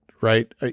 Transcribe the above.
right